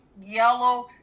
Yellow